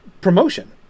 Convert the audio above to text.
promotion